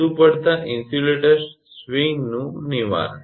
વધુ પડતા ઇન્સ્યુલેટર સ્વિંગનું નિવારણ